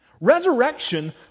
Resurrection